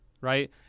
right